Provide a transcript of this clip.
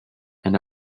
and